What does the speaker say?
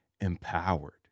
empowered